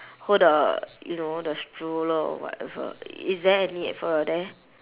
hold the you know the stroller or whatever is there any f~ there